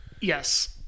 Yes